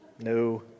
No